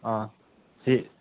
जे